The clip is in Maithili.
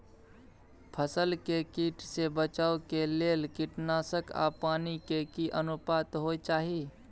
फसल के कीट से बचाव के लेल कीटनासक आ पानी के की अनुपात होय चाही?